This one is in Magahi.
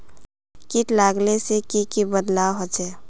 किट लगाले से की की बदलाव होचए?